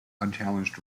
unchallenged